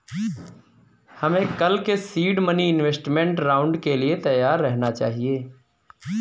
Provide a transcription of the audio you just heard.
हमें कल के सीड मनी इन्वेस्टमेंट राउंड के लिए तैयार रहना चाहिए